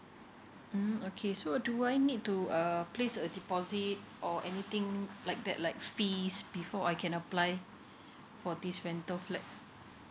mm okay so do I need to uh place a deposit or anything like that like fees before I can apply for this rental flat